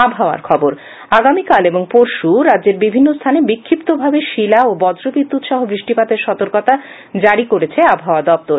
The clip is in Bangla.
আবহাওয়া আগামীকাল এবং পরশু রাজ্যের বিভিন্ন স্হানে বিক্ষিপ্তভাবে শিলা ও বজ্র বিদ্যুৎ সহ বৃষ্টিপাতের সতর্কতা জারি করেছে আবহাওয়া দপ্তর